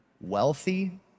wealthy